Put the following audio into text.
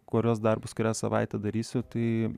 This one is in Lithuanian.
kuriuos darbus kurią savaitę darysiu tai